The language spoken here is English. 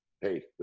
hey